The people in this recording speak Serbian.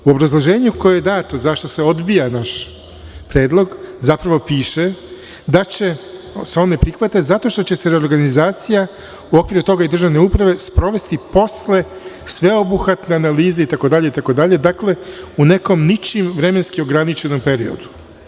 U obrazloženju koje je dato zašto se odbija naš predlog, zapravo piše da se on ne prihvata zato što će se reorganizacija u okviru toga i državne uprave sprovesti posle sveobuhvatne analize itd, itd, dakle, u nekom ničim vremenski ograničenom periodu.